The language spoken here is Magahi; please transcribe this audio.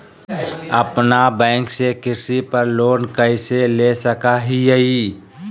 अपना बैंक से कृषि पर लोन कैसे ले सकअ हियई?